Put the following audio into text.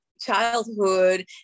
childhood